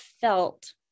felt